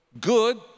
Good